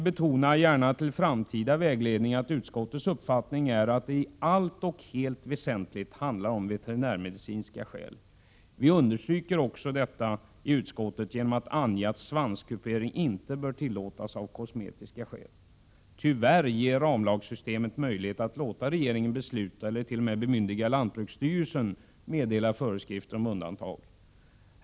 Jag vill, till framtida vägledning, betona att utskottets uppfattning är att det i allt väsentligt handlar om veterinärmedicinska skäl. Vi understryker också detta i utskottet genom att ange att svanskupering av kosmetiska skäl inte bör tillåtas. Tyvärr ger ramlagssystemet möjlighet att låta regeringen besluta eller till och med bemyndiga lantbruksstyrelsen meddela föreskrifter om undantag.